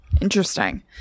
Interesting